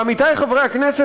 עמיתי חבר הכנסת,